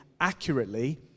accurately